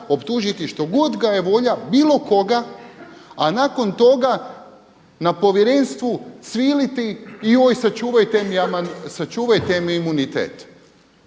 što god ga je volja bilo koga, a nakon toga na povjerenstvu cviliti joj sačuvajte mi imunitet.